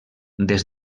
des